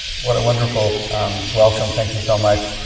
what a wonderful welcome. thank you so much.